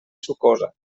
sucosa